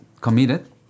committed